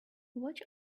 watch